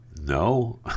no